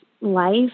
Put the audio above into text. life